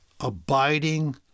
abiding